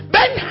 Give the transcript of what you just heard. Ben